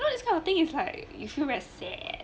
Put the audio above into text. well thats kind of thing is like you feel very sad